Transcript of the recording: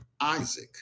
Isaac